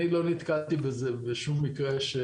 אני לא נתקלתי בשום מקרה של